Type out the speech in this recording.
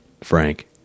Frank